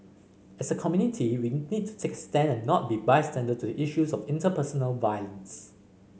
as a community we need to take a stand and not be bystander to issues of interpersonal violence